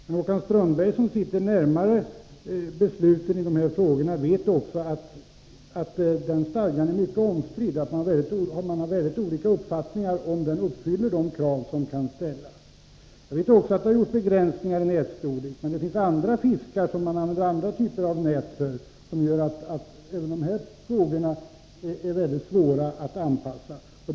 Men Håkan Strömberg, som sitter närmare besluten i dessa frågor, vet också att den stadgan är mycket omstridd och att man har många olika uppfattningar om huruvida den uppfyller de krav som kan ställas. Jag vet också att dett.ex. har gjorts begränsningar i nätstorlek, men det finns fiskar som man använder andra typer av nät för. Detta gör att det blir mycket svårt med anpassningen i stadgan.